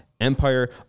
Empire